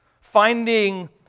finding